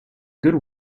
good